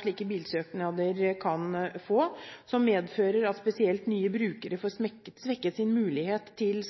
slike bilsøknader kan få, noe som kan medføre at spesielt nye brukere får svekket sin mulighet til